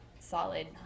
solid